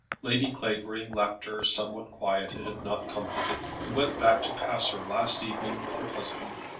lady clavering left her, somewhat quieted, if not comforted and went back to pass her last evening with her husband.